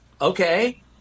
okay